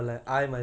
mm